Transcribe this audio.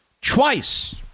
Twice